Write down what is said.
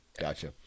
gotcha